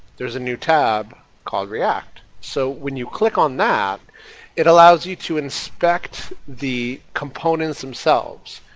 there's a new tab called react. so when you click on that it allows you to inspect the components themselves.